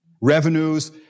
Revenues